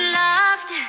loved